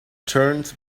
turned